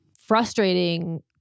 frustrating